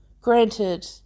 granted